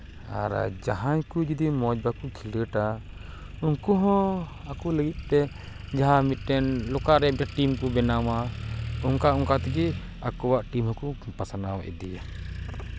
ᱟᱨ ᱡᱟᱦᱟᱸᱭ ᱠᱚ ᱡᱩᱫᱤ ᱢᱚᱡᱽ ᱵᱟᱠᱚ ᱠᱷᱮᱞᱳᱰᱟ ᱩᱱᱠᱩ ᱦᱚᱸ ᱟᱠᱚ ᱞᱟᱹᱜᱤᱫ ᱛᱮ ᱡᱟᱦᱟᱸ ᱢᱤᱫᱴᱤᱱ ᱞᱳᱠᱟᱞᱨᱮ ᱢᱤᱫᱴᱮᱱ ᱴᱤᱢ ᱠᱚ ᱵᱮᱱᱟᱣᱟ ᱚᱱᱠᱟ ᱚᱱᱠᱟ ᱛᱮᱜᱮ ᱟᱠᱚᱣᱟᱜ ᱴᱤᱢ ᱦᱚᱸᱠᱚ ᱯᱟᱥᱱᱟᱣ ᱤᱫᱤᱭᱟ